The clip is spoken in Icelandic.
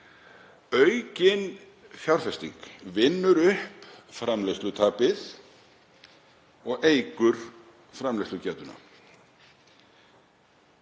Aukin fjárfesting vinnur upp framleiðslutapið og eykur framleiðslugetuna.